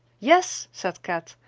yes, said kat,